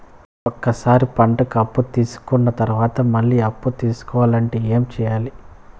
ఒక సారి పంటకి అప్పు తీసుకున్న తర్వాత మళ్ళీ అప్పు తీసుకోవాలంటే ఏమి చేయాలి?